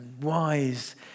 wise